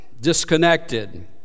disconnected